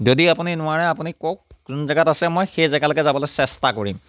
যদি আপুনি নোৱাৰে আপুনি কওক যোন জেগাত আছে মই সেই জেগালৈকে যাবলৈ চেষ্টা কৰিম